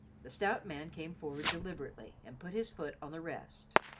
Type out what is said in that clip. the stout man came forward deliberately and put his foot on the rest.